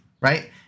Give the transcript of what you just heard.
right